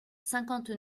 cinquante